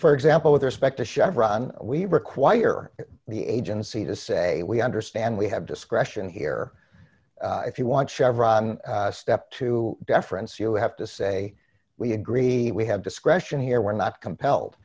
for example with respect to chevron we require the agency to say we understand we have discretion here if you want chevron step to deference you have to say we agree we have discretion here we're not compelled